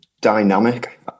dynamic